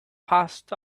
passed